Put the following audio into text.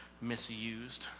misused